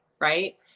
Right